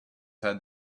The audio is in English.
had